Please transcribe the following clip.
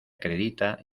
acredita